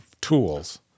tools